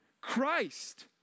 Christ